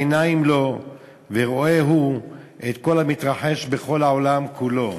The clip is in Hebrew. עיניים לו ורואה הוא את כל המתרחש בכל העולם כולו".